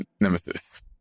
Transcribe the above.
Nemesis